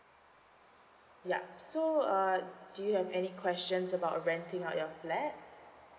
yup so uh do you have any questions about renting out your flat